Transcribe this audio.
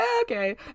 Okay